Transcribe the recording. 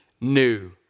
new